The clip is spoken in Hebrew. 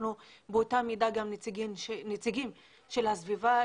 באותה מידה אנחנו גם נציגים של הסביבה.